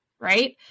right